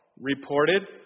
reported